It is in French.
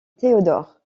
théodore